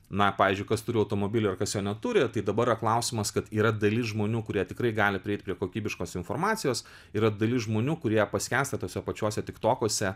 na pavyzdžiui kas turi automobilį ir kas jo neturi tai dabar yra klausimas kad yra dalis žmonių kurie tikrai gali prieit prie kokybiškos informacijos yra dalis žmonių kurie paskęsta tuose pačiuose tik tokuose